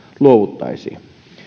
luovuttaisiin